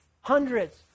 hundreds